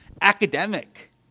academic